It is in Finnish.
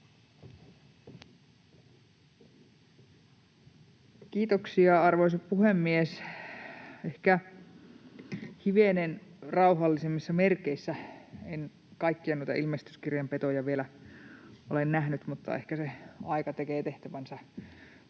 Kiitoksia, arvoisa puhemies! Ehkä hivenen rauhallisemmissa merkeissä — en kaikkia noita ilmestyskirjan petoja vielä ole nähnyt, mutta ehkä se aika tekee tehtävänsä.